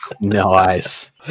Nice